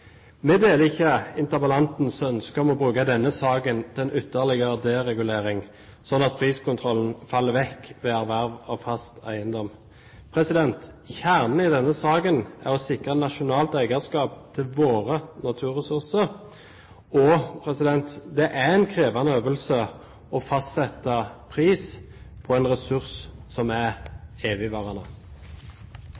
Vi deler ikke interpellantens ønske om å bruke denne saken til en ytterligere deregulering, slik at priskontrollen faller vekk ved erverv av fast eiendom. Kjernen i denne saken er å sikre nasjonalt eierskap til våre naturressurser, og det er en krevende øvelse å fastsette pris på en ressurs som er